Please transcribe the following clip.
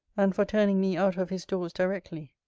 and for turning me out of his doors directly.